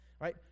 right